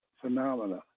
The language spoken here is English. phenomena